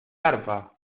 arpa